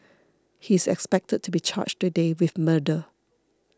he is expected to be charged today with murder